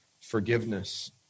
forgiveness